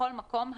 בכל מקום,